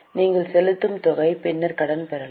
நீங்கள் செலுத்தும் தொகை பின்னர் கடன் பெறலாம்